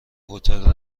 هتل